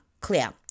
CLEAR